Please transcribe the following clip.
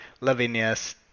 Lavinia's